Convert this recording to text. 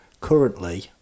currently